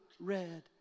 red